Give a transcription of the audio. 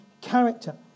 character